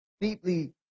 Deeply